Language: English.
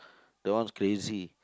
that one's crazy